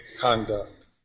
conduct